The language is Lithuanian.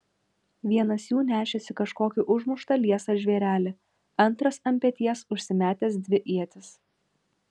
vienas jų nešėsi kažkokį užmuštą liesą žvėrelį antras ant peties užsimetęs dvi ietis